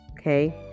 Okay